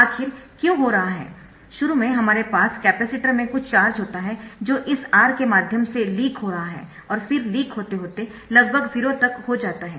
आखिर क्या हो रहा है शुरू में हमारे पास कैपेसिटर में कुछ चार्ज होता है जो इस R के माध्यम से लीक हो रहा है और फिर लीक होते होते लगभग 0 तक हो जाता है